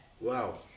Wow